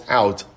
out